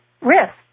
risk